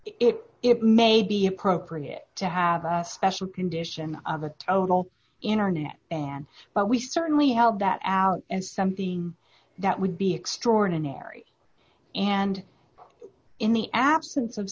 it it may be appropriate to have a special condition of a total internet and but we certainly held that out and something that would be extraordinary and in the absence of